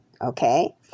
Okay